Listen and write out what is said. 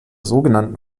sogenannten